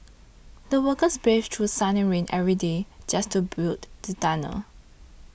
the workers braved through sun and rain every day just to build the tunnel